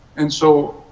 and so,